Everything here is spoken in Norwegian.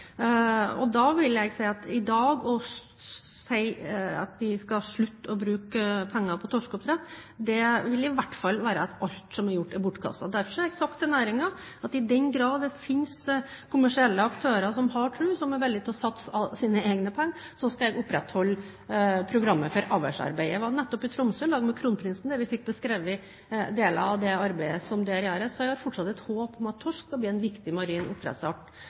I dag å si at vi skal slutte å bruke penger på torskeoppdrett, vil i hvert fall være å si at alt som er gjort, er bortkastet. Derfor har jeg sagt til næringen at i den grad det fins kommersielle aktører som har tro, som er villig til å satse sine egne penger, skal jeg opprettholde programmet for avlsarbeid. Jeg var nettopp i Tromsø sammen med kronprinsen der vi fikk beskrevet deler av det arbeidet som der gjøres, og jeg har fortsatt et håp om at torsk skal bli en viktig marin oppdrettsart